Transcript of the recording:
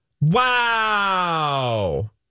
Wow